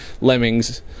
lemmings